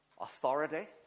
Authority